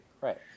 right